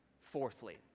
Fourthly